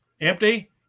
Empty